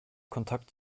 kontakt